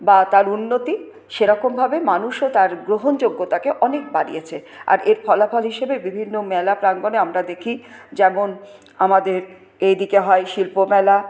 বা তার উন্নতি সেরকমভাবে মানুষও তার গ্রহণযোগ্যতাকে অনেক বাড়িয়েছে আর এর ফলাফল হিসাবে বিভিন্ন মেলা প্রাঙ্গণে আমরা দেখি যেমন আমাদের এইদিকে হয় শিল্পমেলা